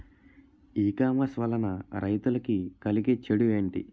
ఈ కామర్స్ వలన రైతులకి కలిగే చెడు ఎంటి?